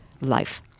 Life